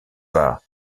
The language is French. pas